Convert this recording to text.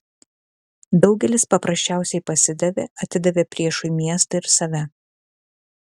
daugelis paprasčiausiai pasidavė atidavė priešui miestą ir save